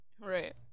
right